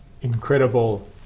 incredible